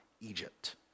Egypt